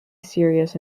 serious